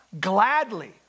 gladly